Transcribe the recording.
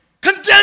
condemn